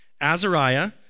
Azariah